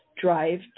drive